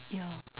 ya